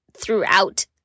throughout